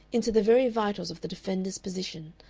into the very vitals of the defenders' position,